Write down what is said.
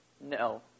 No